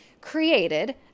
created